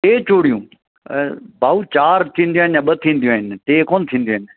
टे चूड़ियूं भाऊ चारि थींदियूं आहिनि या ॿ थींदियूं आहिनि टे कोन थींदियूं आहिनि